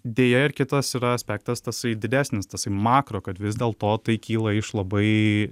deja ir kitas yra aspektas tasai didesnis tai makro kad vis dėl to tai kyla iš labai